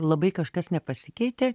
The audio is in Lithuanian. labai kažkas nepasikeitė